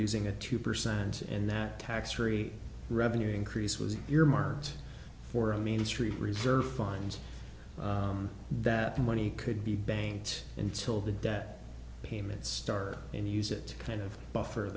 using a two percent and that tax free revenue increase was earmarked for a mainstream reserve fund that the money could be banked until the debt payments start and use it kind of buffer